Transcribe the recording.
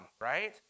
Right